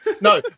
no